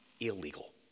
illegal